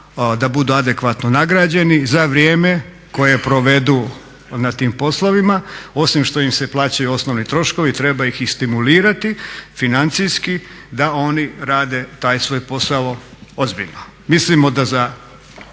da budu adekvatno nagrađeni za vrijeme koje provedu na tim poslovima, osim što im se plaćaju osnovni troškovi treba ih i stimulirati financijski da oni rade taj svoj posao ozbiljno. Mislimo da za